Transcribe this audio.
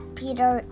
peter